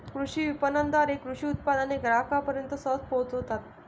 कृषी विपणनाद्वारे कृषी उत्पादने ग्राहकांपर्यंत सहज पोहोचतात